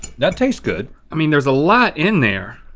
that tastes good. i mean there's a lot in there.